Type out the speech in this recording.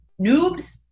noobs